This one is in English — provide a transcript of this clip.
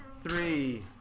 three